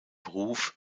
ruf